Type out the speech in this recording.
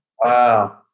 Wow